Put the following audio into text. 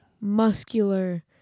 Muscular